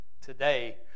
today